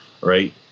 right